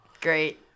Great